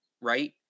right